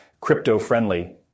crypto-friendly